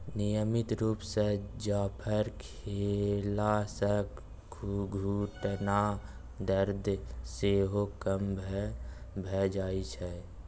नियमित रुप सँ जाफर खेला सँ घुटनाक दरद सेहो कम भ जाइ छै